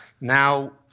Now